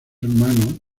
hermano